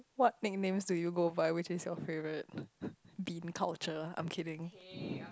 what nicknames do you go by which is your favourite bean culture I'm kidding